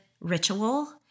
ritual